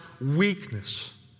weakness